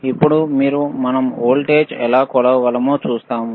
ఇప్పుడు మీరు మనం వోల్టేజ్ను ఎలా కొలవగలమో చూస్తాము